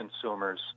consumers